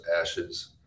ashes